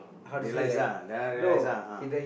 realise ah then after that realise ah